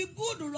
good